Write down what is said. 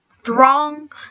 throng